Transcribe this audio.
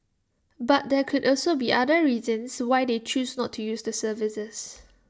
but there could also be other reasons why they choose not to use the services